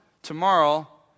Tomorrow